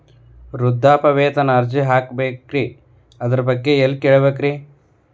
ವೃದ್ಧಾಪ್ಯವೇತನ ಅರ್ಜಿ ಹಾಕಬೇಕ್ರಿ ಅದರ ಬಗ್ಗೆ ಎಲ್ಲಿ ಕೇಳಬೇಕ್ರಿ?